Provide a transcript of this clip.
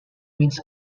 means